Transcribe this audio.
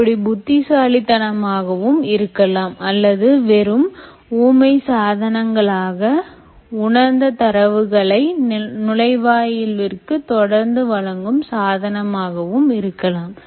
இப்படி புத்திசாலித்தனமாகவும் இருக்கலாம் அல்லது வெறும் ஊமை சாதனங்களாக உணர்ந்த தரவுகளை நுழைவாயில் விற்கு தொடர்ந்து வழங்கும் சாதனமாகவும் இருக்கலாம்